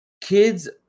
kids